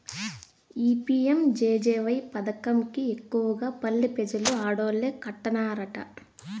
ఈ పి.యం.జె.జె.వై పదకం కి ఎక్కువగా పల్లె పెజలు ఆడోల్లే కట్టన్నారట